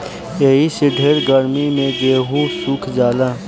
एही से ढेर गर्मी मे गेहूँ सुख जाला